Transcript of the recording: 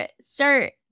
start